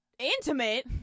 Intimate